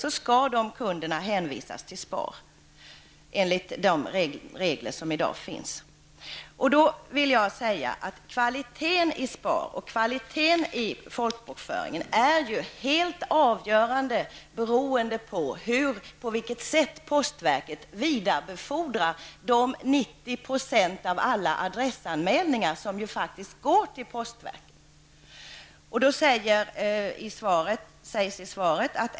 Dessa kunder skall då hänvisas till SPAR enligt de regler som i dag finns. Kvaliteten i SPAR och kvaliteten i folkbokföringen är ju helt avgörande av på vilket sätt postverket vidarebefordrar de 90 96 av alla adressanmälningar som faktiskt går till postverket.